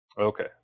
Okay